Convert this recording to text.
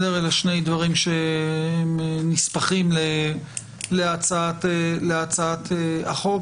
אלה שני דברים שהם נספחים להצגת החוק,